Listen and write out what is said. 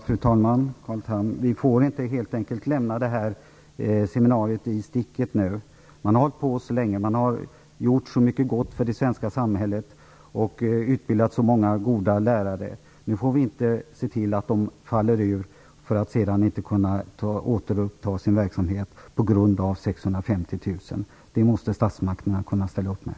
Fru talman! Vi får, Carl Tham, helt enkelt inte lämna det här seminariet i sticket nu. Man har hållit på mycket länge, och man har gjort så mycket gott för det svenska samhället och utbildat så många goda lärare att vi nu inte får se till att man faller ur för att sedan inte kunna återuppta sin verksamhet på grund av att det behövs 650 000 kr. Det måste statsmakterna kunna ställa upp med.